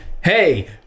hey